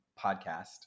podcast